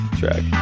track